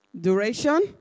Duration